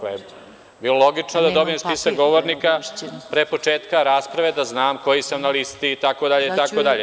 Logično je da dobijem spisak govornika pre početka rasprave, da znam koji sam na listi, itd, itd.